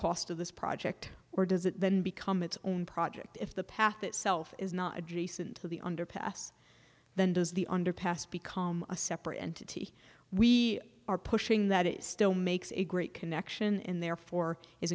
cost of this project or does it then become its own project if the path itself is not adjacent to the underpass than does the underpass become a separate entity we are pushing that it still makes a great connection and therefore i